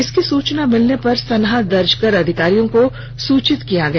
इसकी सूचना मिलने पर सनहा दर्ज कर अधिकारियों को सूचित किया गया